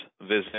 visit